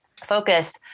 focus